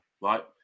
right